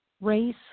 race